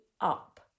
up